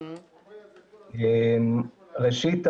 ראשית,